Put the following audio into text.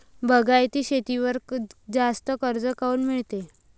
बागायती शेतीवर जास्त कर्ज काऊन मिळते?